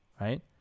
Right